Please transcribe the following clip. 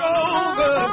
over